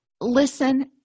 Listen